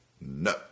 No